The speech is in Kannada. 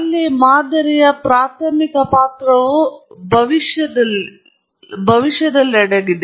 ಅಲ್ಲಿ ಮಾದರಿಯ ಪ್ರಾಥಮಿಕ ಪಾತ್ರವು ಮತ್ತೆ ಭವಿಷ್ಯದಲ್ಲಿದೆ